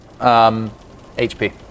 HP